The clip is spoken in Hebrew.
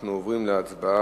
אנחנו עוברים להצבעה.